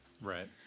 Right